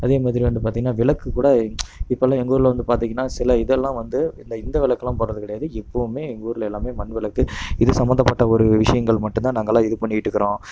அதேமாதிரி வந்து பார்த்திங்கனா விளக்குக்குக்கூட இப்போல்லாம் எங்கூரில் வந்து பார்த்திங்கனா சில இதெல்லாம் வந்து இந்த இந்த விளக்குலாம் போடுறது கிடையாது எப்பவுமே எங்கூரில் எல்லாமே மண் விளக்கு இது சம்மந்தப்பட்ட ஒரு விஷயங்கள் மட்டுந்தான் நாங்கள்லாம் இது பண்ணிட்டு இருக்கிறோம்